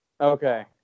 okay